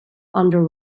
under